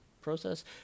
process